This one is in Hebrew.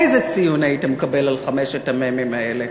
איזה ציון היית מקבל על חמשת המ"מים האלה?